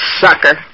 Sucker